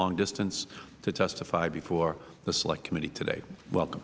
long distance to testify before the select committee today welcome